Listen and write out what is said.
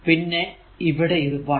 പിന്നെ ഇവിടെ ഇത് 1